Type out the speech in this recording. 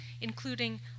including